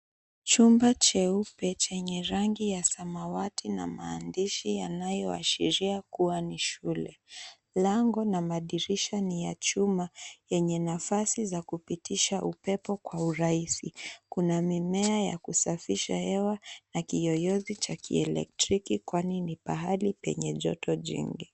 Chumba cheupe chenye rangi ya samawati na maandishi yanayoashiria kuwa ni shule. Lango na madirisha ni ya chuma yenye nafasi za kupitisha upepo kwa urahisi. Kuna mimea ya kusafisha hewa, na kiyoyozi cha kielektriki kwani ni pahali penye joto jingi.